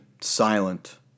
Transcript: silent